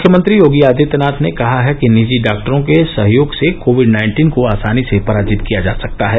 मुख्यमंत्री योगी आदित्यनाथ ने कहा है कि निजी डॉक्टरों के सहयोग से कोविड नाइन्टीन को आसानी से पराजित किया जा सकता है